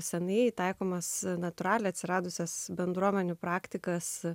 seniai taikomas natūraliai atsiradusias bendruomenių praktikas